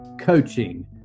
coaching